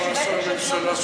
יש ותק של שנות נישואים.